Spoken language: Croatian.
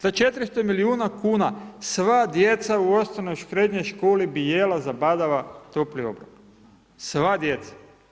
Sa 400 milijuna kuna, sva djeca u osnovnoj, srednjoj školi bi jelo zabadava topli obrok, sva djeca.